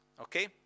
Okay